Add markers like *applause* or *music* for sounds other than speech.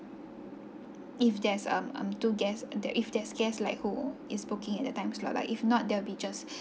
if there's um um two guests there if there's guest like who is booking at the time slot lah if not there will be just *breath*